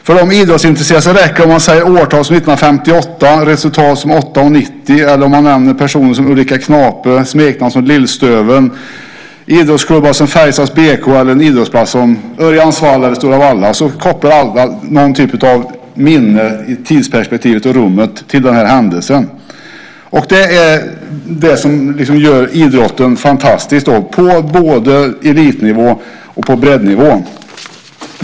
För de idrottsintresserade räcker det om man nämner ett årtal som 1958, ett resultat som 8,90, en person som Ulrika Knape, ett smeknamn som Lillstöveln, idrottsklubbar som Färjestads BK eller en idrottsplats som Örjansvall eller Stora Valla så kopplar alla någon typ av minne i tidsperspektivet och rummet till denna händelse. Det är det som gör idrotten fantastisk, både på elitnivå och på breddnivå.